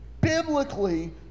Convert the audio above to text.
Biblically